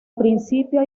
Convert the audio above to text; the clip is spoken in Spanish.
principio